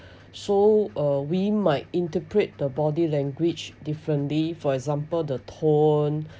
so uh we might interpret the body language differently for example the tone